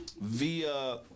via